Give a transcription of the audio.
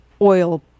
oil